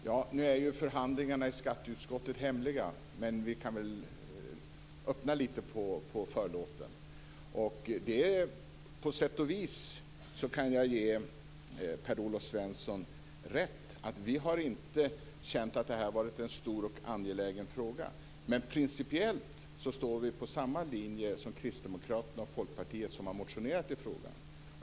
Fru talman! Förhandlingarna i skatteutskottet är ju hemliga, men vi kan väl öppna lite på förlåten. På sätt och vis kan jag ge Per-Olof Svensson rätt: Vi har inte känt att det här har varit en stor och angelägen fråga. Men principiellt står vi på samma linje som Kristdemokraterna och Folkpartiet, som har motionerat i frågan.